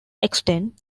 extent